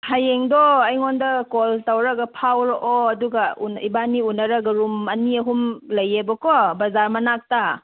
ꯍꯌꯦꯡꯗꯣ ꯑꯩꯉꯣꯟꯗ ꯀꯣꯜ ꯇꯧꯔꯒ ꯐꯥꯎꯔꯛꯑꯣ ꯑꯗꯨꯒ ꯏꯕꯥꯅꯤ ꯎꯅꯔꯒ ꯔꯨꯝ ꯑꯅꯤ ꯑꯍꯨꯝ ꯂꯩꯌꯦꯕꯀꯣ ꯕꯖꯥꯔ ꯃꯅꯥꯛꯇ